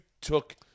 took